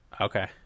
okay